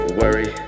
worry